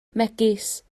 megis